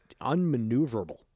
unmaneuverable